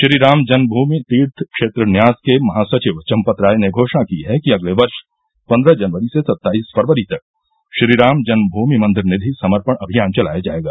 श्री राम जन्मभूमि तीर्थ क्षेत्र न्यास के महासचिव चंपत राय ने घोषणा की है कि अगले वर्ष पन्द्रह जनवरी से सत्ताईस फरवरी तक श्रीराम जन्ममूमि मंदिर निधि समर्पण अभियान चलाया जाएगा